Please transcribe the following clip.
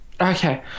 Okay